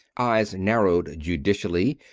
eyes narrowed judicially,